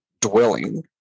dwelling